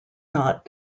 not